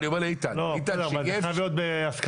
אבל זה חייב להיות בהסכמה.